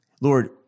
Lord